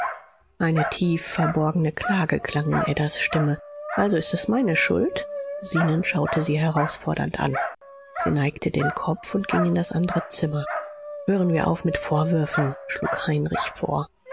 eine tiefverborgene klage klang in adas stimme also ist es meine schuld zenon schaute sie herausfordernd an sie neigte den kopf und ging in das andere zimmer hören wir auf mit vorwürfen schlug heinrich vor